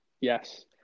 Yes